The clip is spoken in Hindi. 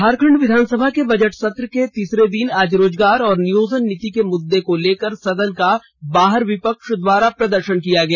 झारखंड विधानसभा के बजट सत्र के तिसरे दिन आज रोजगार और नियोजन नीति के मुद्दे को लेकर सदन के बाहर विपक्ष द्वारा प्रदर्शन किया गया